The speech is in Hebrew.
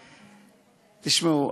תשמעו,